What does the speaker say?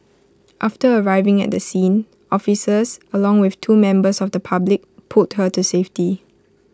after arriving at the scene officers along with two members of the public pulled her to safety